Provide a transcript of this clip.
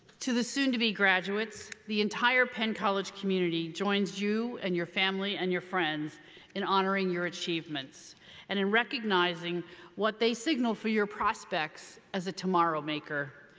to the soon to be graduates, the entire penn college community joins you and your family and your friends in honoring your achievements and in recognizing what they signal for your prospects as a tomorrow maker.